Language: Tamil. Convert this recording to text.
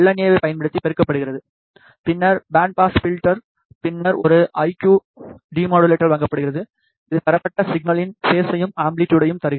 ஏவைப் பயன்படுத்தி பெருக்கப்படுகிறது பின்னர் பேண்ட் பாஸ் பில்டர் பின்னர் ஒரு ஐ கியூ டெமோடூலேட்டருக்கு வழங்கப்படுகிறது இது பெறப்பட்ட சிக்னலின் பேஸயும் ஆம்ப்ளிட்டுடையும் தருகிறது